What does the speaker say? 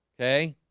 okay